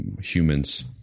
humans